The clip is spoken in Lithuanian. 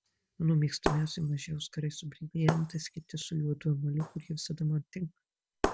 mano mėgstamiausi maži auskarai su briliantais kiti su juodu emaliu kurie visada man tinka